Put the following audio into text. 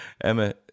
Emma